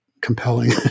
compelling